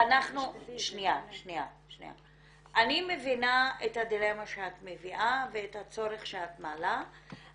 אני מבינה את הדילמה שאת מביאה ואת הצורך שאת מעלה,